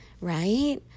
right